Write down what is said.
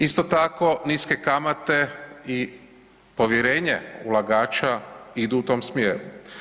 Isto tako, niske kamate i povjerenje ulagača idu u tom smjeru.